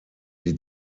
die